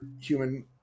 human